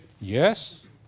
yes